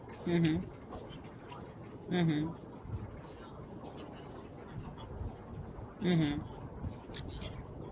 mmhmm mmhmm mmhmm